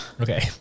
Okay